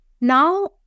Now